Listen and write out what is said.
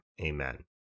Amen